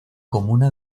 comuna